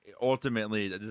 ultimately